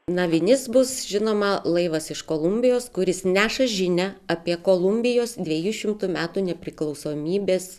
na vinis bus žinoma laivas iš kolumbijos kuris neša žinią apie kolumbijos dviejų šimtų metų nepriklausomybės